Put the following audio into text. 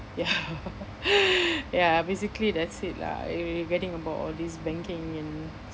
ya ya basically that's it lah I regretting about all these banking in